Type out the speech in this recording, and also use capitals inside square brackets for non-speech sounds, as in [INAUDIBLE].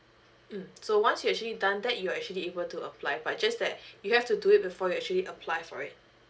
mm so once you actually done that you're actually able to apply but just that [BREATH] you have to do it before you actually apply for it